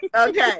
okay